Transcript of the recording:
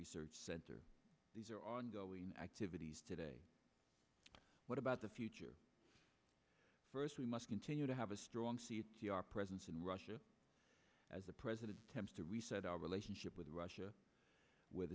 research center these are ongoing activities today what about the future first we must continue to have a strong c t r presence in russia as the president attempts to reset our relationship with russia w